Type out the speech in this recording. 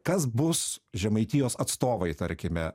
kas bus žemaitijos atstovai tarkime